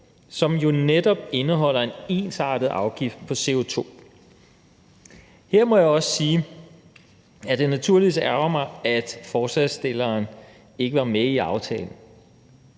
som jo netop indeholder en ensartet afgift på CO2. Her må jeg også sige, at det naturligvis ærgrer mig, at forslagsstilleren ikke var med i aftalen,